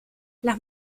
las